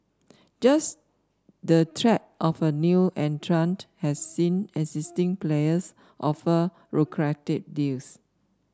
just the threat of a new entrant has seen existing players offer lucrative deals